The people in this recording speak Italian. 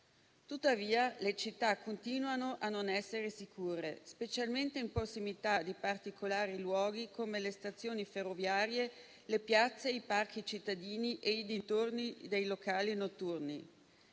Tuttavia le città continuano a non essere sicure, specialmente in prossimità di particolari luoghi come le stazioni ferroviarie, le piazze, i parchi cittadini e i dintorni dei locali notturni.